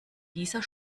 dieser